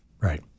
Right